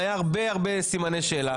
היה הרבה הרבה סימני שאלה,